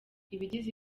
ibigize